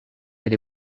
elle